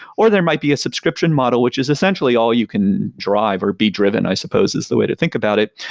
or there might be a subscription model, which is essentially all you can drive or be driven i suppose is the way to think about it.